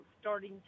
starting